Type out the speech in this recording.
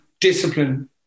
discipline